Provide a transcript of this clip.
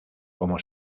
como